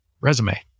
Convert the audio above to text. resume